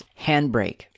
Handbrake